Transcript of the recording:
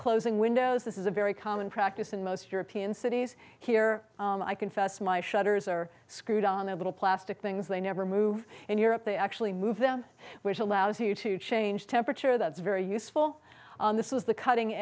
closing windows this is a very common practice in most european cities here i confess my shutters are screwed on the little plastic things they never move in europe they actually move them which allows you to change temperature that's very useful this is the cutting